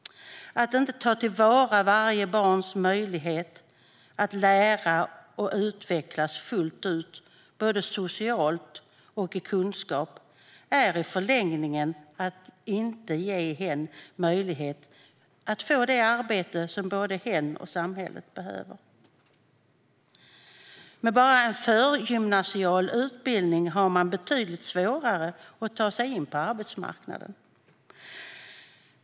Att inte ta till vara varje barns möjlighet att lära och utvecklas fullt ut både socialt och vad gäller kunskap är i förlängningen att inte ge hen möjlighet att få det arbete som både hen och samhället behöver. Med bara en förgymnasial utbildning har man betydligt svårare att ta sig in på arbetsmarknaden.